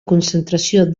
concentració